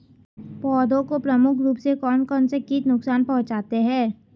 पौधों को प्रमुख रूप से कौन कौन से कीट नुकसान पहुंचाते हैं?